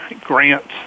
grants